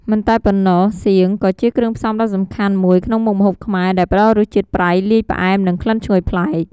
មិនតែប៉ុណ្ណោះសៀង ក៏ជាគ្រឿងផ្សំដ៏សំខាន់មួយក្នុងមុខម្ហូបខ្មែរ ដែលផ្ដល់រសជាតិប្រៃលាយផ្អែម និងក្លិនឈ្ងុយប្លែក។